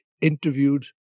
interviewed